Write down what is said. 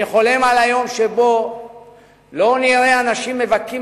אני חולם על היום שבו לא נראה אנשים מבכים